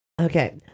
Okay